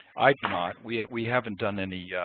i not. we we haven't done any